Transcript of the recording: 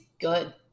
good